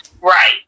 Right